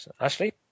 Ashley